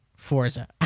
Forza